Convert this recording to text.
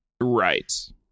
right